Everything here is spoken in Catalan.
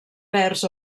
verds